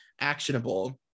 actionable